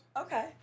Okay